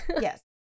Yes